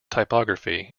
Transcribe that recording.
typography